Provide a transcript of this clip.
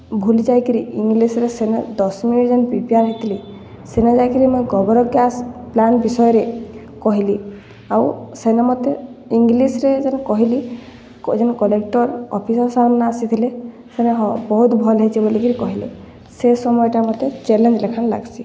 ଭୁଲି ଯାଇକିରି ଇଙ୍ଗ୍ଲିଶ୍ରେ ସେନୁ ଦଶ୍ ମିନିଟ୍ ଯେନ୍ ପ୍ରିପେୟାର୍ ହେଇଥିଲି ସେନେ ଲାଗିକିରି ମୁଇଁ ଗୋବର୍ ଗ୍ୟାସ୍ ପ୍ଲାନ୍ ବିଷୟରେ କହେଲି ଆଉ ସେନୁ ମତେ ଇଙ୍ଗ୍ଲିଶ୍ରେ ଯେନୁ କହେଲି ଯେନ୍ କଲେକ୍ଟର୍ ଅଫିସ୍ର ସେମାନେ ଆସିଥିଲେ ସେନୁ ହଉ ବହୁତ୍ ଭଲ୍ ହେଇଛେ ବୋଲିକରି କହେଲେ ସେ ସମୟଟା ମତେ ଚ୍ୟାଲେଞ୍ଜ୍ ଲେଖେନ୍ ଲାଗ୍ସି